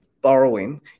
borrowing